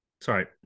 Sorry